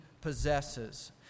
possesses